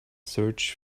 search